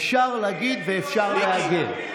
אפשר להגיד ואפשר לעגל,